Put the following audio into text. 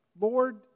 Lord